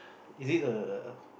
is it a err